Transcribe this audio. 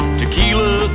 tequila